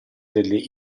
delle